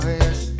yes